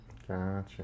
gotcha